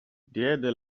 diede